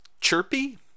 chirpy